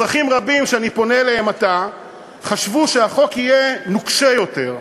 אזרחים רבים שאני פונה אליהם עתה חשבו שהחוק יהיה נוקשה יותר,